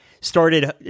started